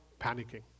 panicking